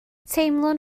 teimlwn